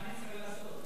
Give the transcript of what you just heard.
מה אני צריך לעשות?